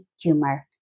tumor